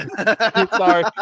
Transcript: Sorry